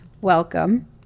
welcome